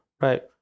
right